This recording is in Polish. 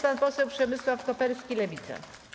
Pan poseł Przemysław Koperski, Lewica.